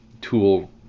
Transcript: tool